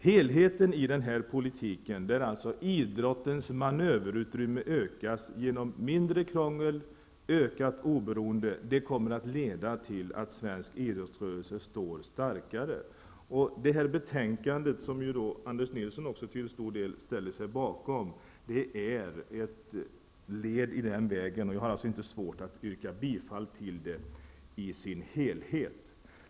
Helheten i den här politiken, där alltså idrottens manöverutrymme ökas genom mindre krångel och ökat oberoende, kommer att leda till att svensk idrottsrörelse står starkare. Dagens betänkande, som Anders Nilsson till stor del ställer sig bakom, är ett steg på den vägen, och jag har alltså inte svårt att yrka bifall till det i dess helhet.